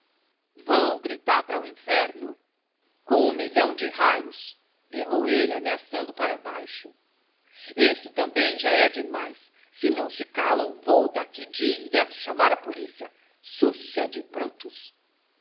vão gritar pra o inferno com um milhão de raios berrou ele ameaçando para baixo isto também já é demais se não se calam vou daqui direito chamar a policia súcia de brutos